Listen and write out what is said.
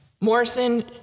Morrison